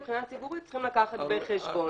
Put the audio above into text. מבחינה ציבורית, צריכים לקחת בחשבון.